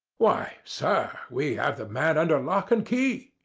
why, sir, we have the man under lock and key.